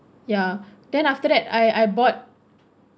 ya then after that I I bought